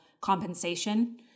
compensation